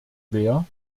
wer